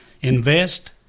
invest